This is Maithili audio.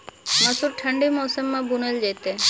मसूर ठंडी मौसम मे बूनल जेतै?